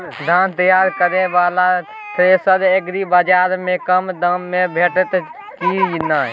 धान तैयार करय वाला थ्रेसर एग्रीबाजार में कम दाम में भेटत की नय?